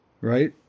Right